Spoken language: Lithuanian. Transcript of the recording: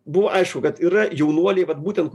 buvo aišku kad yra jaunuoliai vat būtent